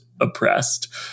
oppressed